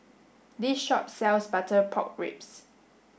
this shop sells butter pork ribs